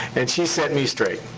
and she set me straight.